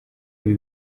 ibi